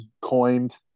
coined